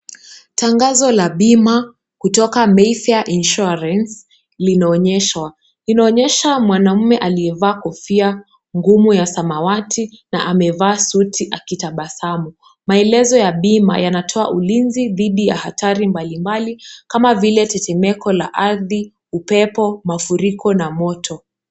Tangazo la bima kutoka Mayfair Insurance linaonyeshwa. Linaonyesha mwanaume aliyevaa kofia ngumu ya samawati na amevaa suti akitabasamu. Maelezo ya bima yanatoa ulinzi dhidi ya hatari mbalimbali kama vile tetemeko la ardhi, upepo, mafuriko na moto .